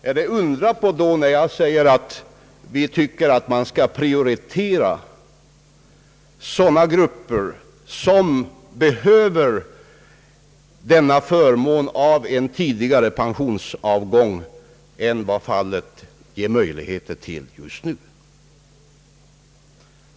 Är det då att undra på att vi tycker att man skall prioritera sådana grupper som behöver denna förmån av en tidigare pensionsavgång än de har möjligheter till just nu?